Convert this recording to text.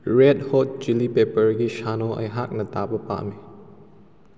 rate hot chilli ꯄꯦꯄꯔꯒꯤ ꯁꯥꯅꯣ ꯑꯩꯍꯥꯛꯅ ꯇꯥꯕ ꯄꯥꯝꯃꯤ